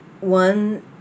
One